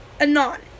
Anon